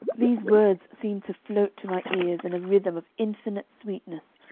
these words seemed to float to my ears in a rhythm of infinite sweetness,